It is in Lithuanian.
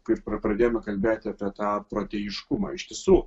kai pradėjome kalbėti apie tą protėjiškumą iš tiesų